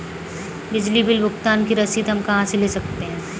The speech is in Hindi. बिजली बिल भुगतान की रसीद हम कहां से ले सकते हैं?